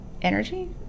energy